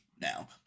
now